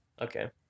Okay